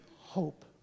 Hope